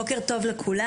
בוקר טוב לכולם,